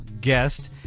Guest